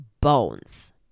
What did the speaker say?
bones